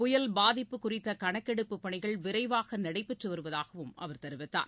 புயல் பாதிப்பு குறித்த கணக்கெடுப்புப் பணிகள் விரைவாக நடைபெற்று வருவதாகவும் அவர் தெரிவித்தார்